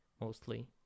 mostly